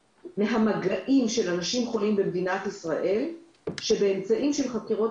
מהמגעים של אנשים חולים במדינת ישראל שבאמצעים של חקירות